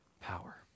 power